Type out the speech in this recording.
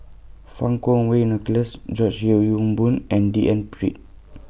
Fang Kuo Wei Nicholas George Yeo Yong Boon and D N Pritt